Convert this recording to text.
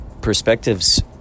perspectives